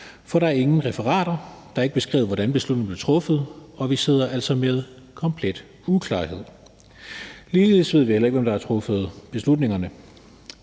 For der er ingen referater; det er ikke beskrevet, hvordan beslutningerne blev truffet, og vi sidder altså med komplet uklarhed. Vi ved heller ikke, hvem der har truffet beslutningerne.